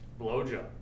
blowjob